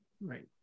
Right